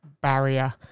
barrier